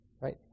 right